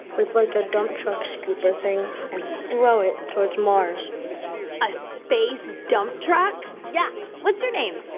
with, like, a dump truck scooper thing and throw it towards mars a space dump truck yeah what's your name?